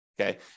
Okay